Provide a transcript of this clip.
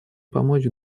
помочь